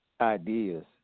ideas